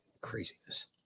craziness